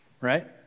Right